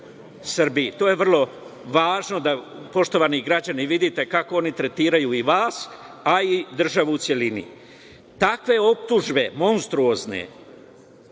To je vrlo važno da poštovani građani vidite kako oni tretiraju i vas a i državu u celini. Takve optužbe monstruozne,